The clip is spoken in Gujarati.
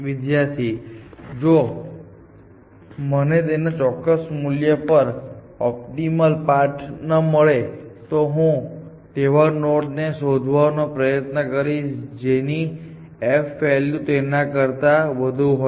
વિદ્યાર્થી જો મને તેના ચોક્કસ મૂલ્ય પર ઓપ્ટિમલ પાથ ન મળે તો હું તેવા નોડ ને શોધવાનો પ્રયત્ન કરીશ જેની f વેલ્યુ તેના કારતા વધુ હોય